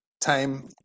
time